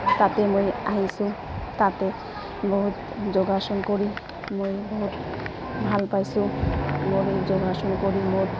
তাতে মই আহিছোঁ তাতে বহুত যোগাসন কৰি মই বহুত ভাল পাইছোঁ মোৰে এই যোগাসন কৰি মোৰ